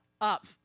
up